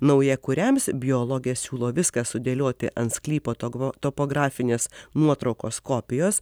naujakuriams biologė siūlo viską sudėlioti ant sklypo togvo topografinės nuotraukos kopijos